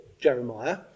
Jeremiah